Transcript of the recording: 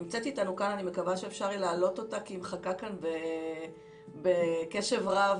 נמצאת איתנו כאן ואני מקווה שיהיה אפשר לעלות אותה כי היא מחכה בקשב רב